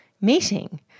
meeting